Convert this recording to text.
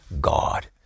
God